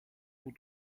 που